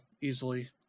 easily